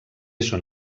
són